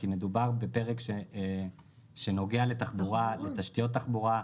כי מדובר בפרק שנוגע לתשתיות תחבורה,